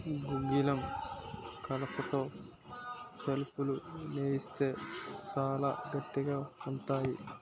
గుగ్గిలం కలపతో తలుపులు సేయిత్తే సాలా గట్టిగా ఉంతాయి